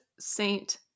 Saint